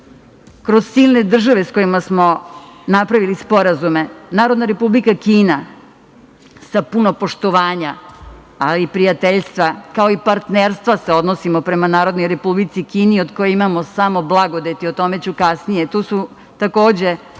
kroz silne države sa kojima smo napravili sporazume. Narodna Republika Kina, sa puno poštovanja ali i prijateljstva, kao i partnerstva sa odnosima prema Narodnoj Republici Kini, od koje imamo samo blagodeti. O tome ću kasnije.